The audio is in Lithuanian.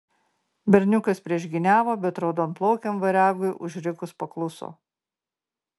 berniukas priešgyniavo bet raudonplaukiam variagui užrikus pakluso